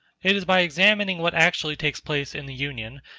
it is by examining what actually takes place in the union,